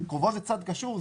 "קרובו" זה צד קשור.